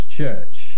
church